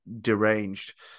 deranged